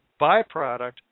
byproduct